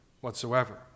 whatsoever